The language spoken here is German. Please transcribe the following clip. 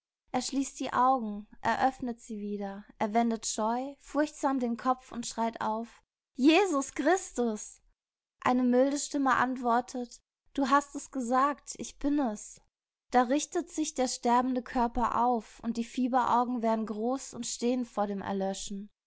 er schließt die augen er öffnet sie wieder er wendet scheu furchtsam den kopf und schreit auf jesus christus eine milde stimme antwortet du hast es gesagt ich bin es da richtet sich der sterbende körper auf und die fieberaugen werden groß und sehend vor dem erlöschen